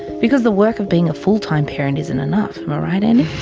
because the work of being a full-time parent isn't enough, am i right andy?